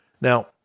Now